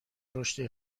رشدی